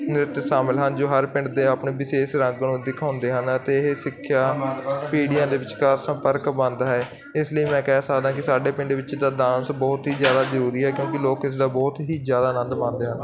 ਨ੍ਰਿਤ ਸ਼ਾਮਿਲ ਹਨ ਜੋ ਹਰ ਪਿੰਡ ਦੇ ਆਪਣੇ ਵਿਸ਼ੇਸ ਰੰਗ ਨੂੰ ਦਿਖਾਉਂਦੇ ਹਨ ਅਤੇ ਇਹ ਸਿੱਖਿਆ ਪੀੜ੍ਹੀਆਂ ਦੇ ਵਿਚਕਾਰ ਸੰਪਰਕ ਬੰਦ ਹੈ ਇਸ ਲਈ ਮੈਂ ਕਹਿ ਸਕਦਾ ਕਿ ਸਾਡੇ ਪਿੰਡ ਵਿੱਚ ਤਾਂ ਡਾਂਸ ਬਹੁਤ ਹੀ ਜ਼ਿਆਦਾ ਜ਼ਰੂਰੀ ਹੈ ਕਿਉਂਕਿ ਲੋਕ ਇਸ ਦਾ ਬਹੁਤ ਹੀ ਜ਼ਿਆਦਾ ਆਨੰਦ ਮਾਣਦੇ ਹਨ